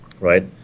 right